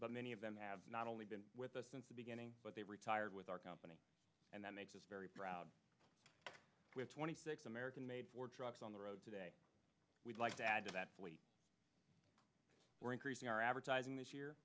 but many of them have not only been with us since the beginning but they retired with our company and that makes us very proud we're twenty six american made ford trucks on the road today we'd like to add to that we're increasing our advertising this year